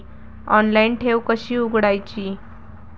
Online ठेव कशी उघडायची?